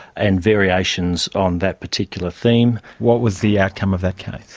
and variations on that particular theme. what was the outcome of that case?